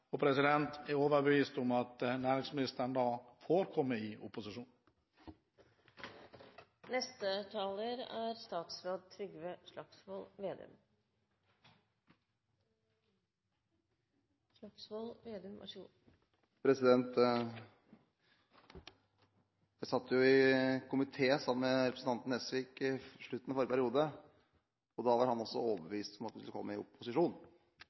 Jeg er overbevist om at næringsministeren får komme i opposisjon. Jeg satt i komité sammen med representanten Nesvik i slutten av forrige periode. Også da var han overbevist om at han skulle komme i